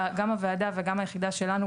גם הוועדה וגם היחידה שלנו,